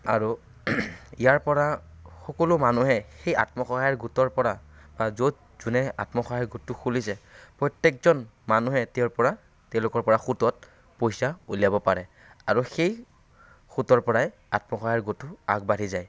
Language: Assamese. আৰু ইয়াৰ পৰা সকলো মানুহে সেই আত্মসহায়ক গোটৰ পৰা য'ত যোনে আত্মসহায়ক গোটটো খুলিছে প্ৰত্যেকজন মানুহে তেওঁৰ পৰা তেওঁলোকৰ পৰা সুতত পইচা উলিয়াব পাৰে আৰু সেই সুতৰ পৰাই আত্মসহায়ক গোটটো আগবাঢ়ি যায়